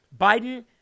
Biden